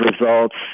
results